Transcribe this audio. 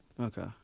Okay